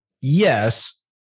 Yes